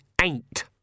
ain't